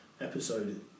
episode